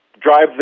drive